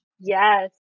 Yes